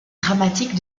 dramatique